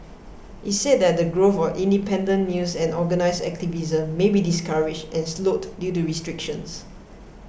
it said that the growth for independent news and organised activism may be discouraged and slowed due to restrictions